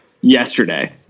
yesterday